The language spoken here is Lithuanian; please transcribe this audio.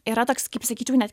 yra toks kaip sakyčiau net